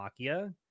Makia